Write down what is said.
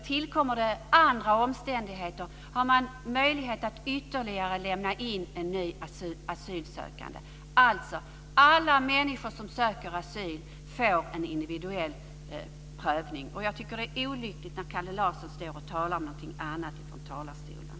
Tillkommer det andra omständigheter har man möjlighet att ytterligare lämna in en ny asylansökan. Alltså: Alla människor som söker asyl får en individuell prövning. Jag tycker att det är olyckligt när Kalle Larsson talar om något annat från talarstolen.